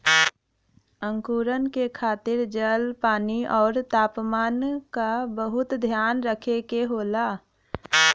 अंकुरण के खातिर जल, पानी आउर तापमान क बहुत ध्यान रखे के होला